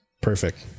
perfect